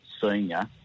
Senior